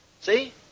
See